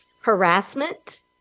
harassment